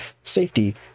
safety